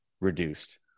reduced